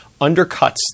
undercuts